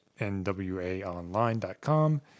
nwaonline.com